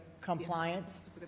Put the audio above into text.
compliance